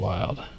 Wild